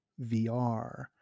VR